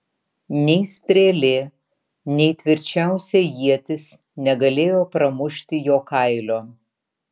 nei strėlė nei tvirčiausia ietis negalėjo pramušti jo kailio